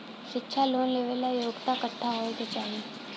शिक्षा लोन लेवेला योग्यता कट्ठा होए के चाहीं?